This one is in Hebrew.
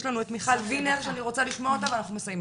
יש לנו את מיכל וינר שאני רוצה לשמוע אותה ואנחנו מסיימים.